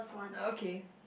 okay